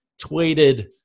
tweeted